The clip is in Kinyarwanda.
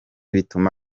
bituma